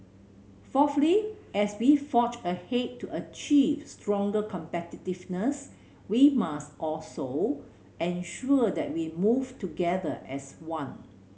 fourthly as we forge ahead to achieve stronger competitiveness we must also ensure that we move together as one